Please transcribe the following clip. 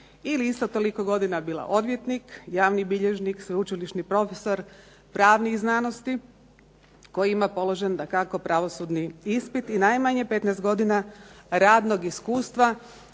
ili isto toliko godina bila odvjetnik, javni bilježnik, sveučilišni profesor pravnih znanosti koji ima položen dakako pravosudni ispit i najmanje 15 godina radnog iskustva